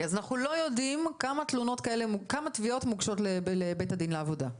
אז אנחנו לא יודעים כמה תביעות מוגשות לבית הדין לעבודה,